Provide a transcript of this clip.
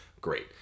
great